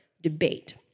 debate